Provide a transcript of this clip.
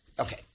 Okay